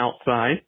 outside